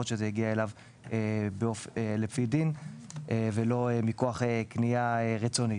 למרות שזה הגיע אליו לפי דין ולא מכוח קנייה רצונית.